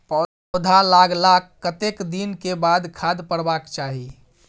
पौधा लागलाक कतेक दिन के बाद खाद परबाक चाही?